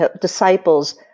disciples